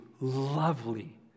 lovely